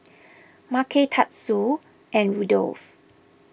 Macey Tatsuo and Rudolf